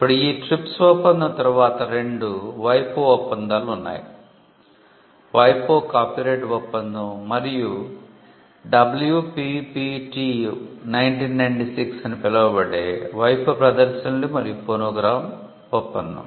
ఇప్పుడు ఈ TRIPS ఒప్పందం తరువాత రెండు WIPO ఒప్పందాలు ఉన్నాయి WIPO కాపీరైట్ ఒప్పందం మరియు WPPT1996 అని పిలువబడే WIPO ప్రదర్శనలు మరియు ఫోనోగ్రామ్ ఒప్పందం